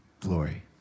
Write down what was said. glory